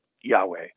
Yahweh